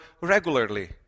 regularly